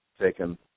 taken